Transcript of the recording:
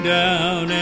down